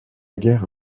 guerre